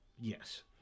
Yes